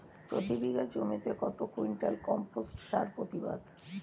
প্রতি বিঘা জমিতে কত কুইন্টাল কম্পোস্ট সার প্রতিবাদ?